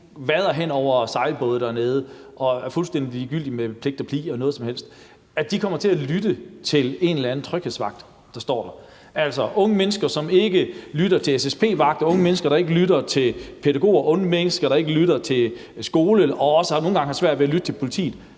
vader hen over sejlbåde dernede og er fuldstændig ligeglade med pligt og pli og hvad som helst, kommer til at lytte til en eller anden tryghedsvagt, der står der? Tror man virkelig, at de unge mennesker, som ikke lytter til SSP-vagter, unge mennesker, der ikke lytter til pædagoger, unge mennesker, der ikke lytter til skolen og nogle gange også har svært ved at lytte til politiet,